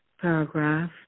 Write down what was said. paragraph